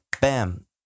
bam